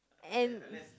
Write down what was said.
and